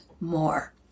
more